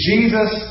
Jesus